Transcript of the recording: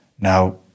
Now